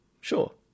Sure